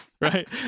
Right